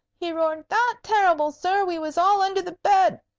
he roared that terrible, sir, we was all under the bed.